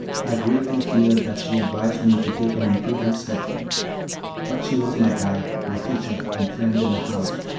i greatly feared that she advised me to take an imprudent step but she was my guide, my teacher and friend in the house,